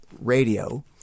radio